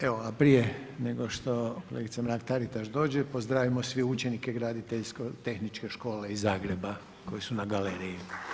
Evo a prije nego što kolegica Mrak-Taritaš dođe, pozdravimo svi učenike Graditeljsko-tehničke škole iz Zagreba koji su na galeriji.